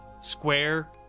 square